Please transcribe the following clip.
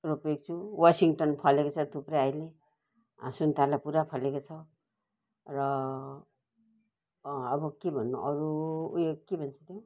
रोपेको छु वसिङटन फलेको छ थुप्रै ऐले सुन्ताला पुरा फलेको छ र अँ अब के भन्नु अरू उयो के भन्छ